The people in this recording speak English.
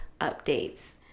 updates